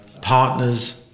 partners